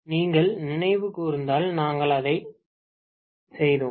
நீங்கள் நினைவு கூர்ந்தால் நாங்கள் அதைச் செய்தோம்